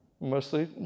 mostly